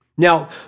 Now